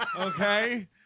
okay